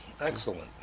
Excellent